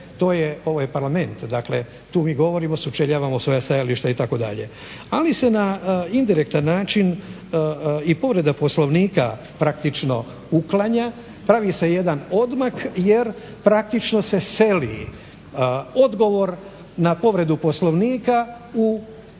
ovaj parlament, tu mi govorimo, sučeljavamo svoja stajališta itd. Ali se na indirektan način i povreda Poslovnika praktično uklanja, pravi se jedan odmak jer praktično se seli odgovor na povredu Poslovnika u Odbor